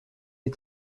des